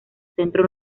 centro